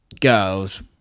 girls